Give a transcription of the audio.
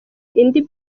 indi